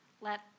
let